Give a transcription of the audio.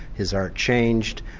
his art changed,